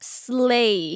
slay